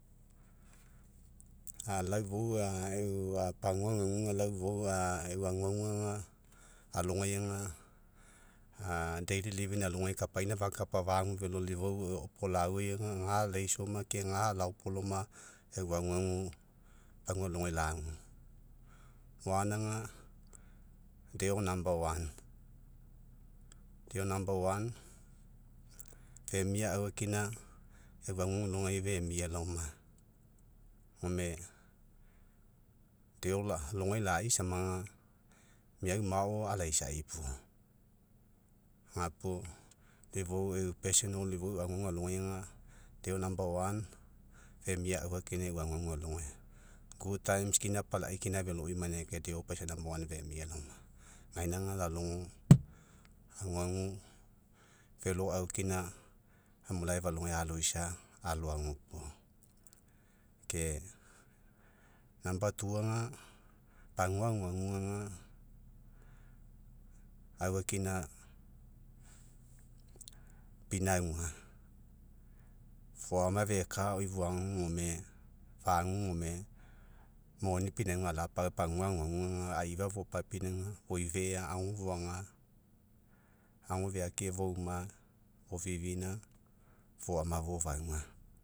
lau ifou, a eu pagua aguaguga, lau ifou a, eu aguaguga algaiga, a alogai, kapaina fakapa, fagu velo, lau ifou, opolauai aga, ga laisaoma, ke ga laopolaoma eu aguagu, pagua alogai lagu. auga, deo, deo femio aufakina, eu aguagu alogai femia laoma. Gome deo alogai lai samaga, meau mao alaisai puo, gapuo. Lau ifou eu ifou eu aguagu aloiai ga, deo femia, aufakina eu aguagu alogai. kina apalai, kina veloi ma ganinagai kai, deo paisa femia laoma. Gainaga lalogo, aguagu velo aufakina, emu alogai aloisa aloagu. Ke auga pagua aguaguga, aufakina pinauga, foama feka, oifoafu, gome gome, moni pinauga alapa'aua, pagua aguagu ga, aifa fopapinauga, foifea, ago foaga, ago feake fauma fovivina, foama fofauga.